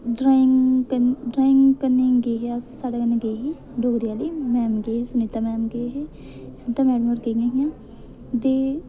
drawing कर drawing करने ई गे अस साढ़े कन्नै गेई ही डोगरी आह्ली मैडम गेई ही सनीता मैडम गेई ही सनीता मैडम होर गेइयां हियां ते